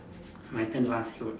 my turn to ask you